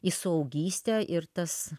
į suaugystę ir tas